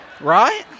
Right